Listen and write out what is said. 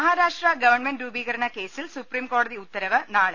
Maharashtra government രൂപീകരണക്കേസിൽ സുപ്രീംകോ ടതി ഉത്തരവ് നാളെ